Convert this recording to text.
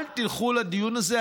אל תלכו לדיון הזה.